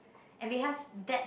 and behinds that